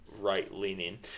right-leaning